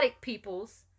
peoples